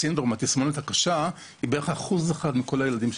התסמונת הקשה המדוברת היא בערך אחוז אחד מכל הילדים הנפגעים.